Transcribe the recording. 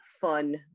fun